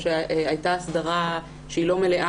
או שהייתה הסדרה שהיא לא מלאה,